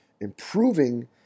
improving